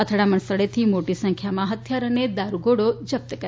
અથડામણ સ્થળેથી મોટી સંખ્યામાં હૃથિયારો અને દારૂગોળી જપ્ત કરાયા છે